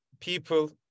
people